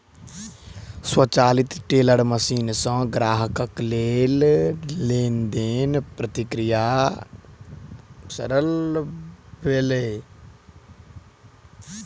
स्वचालित teller machine सॅ ग्राहक के लेन देनक प्रक्रिया सरल भेल